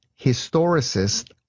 historicist